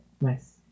Nice